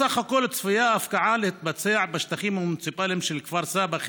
סך הכול ההפקעה צפויה להתבצע בשטחים המוניציפליים של כפר סבא,